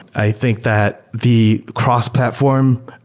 i think that the cross-platform